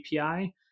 API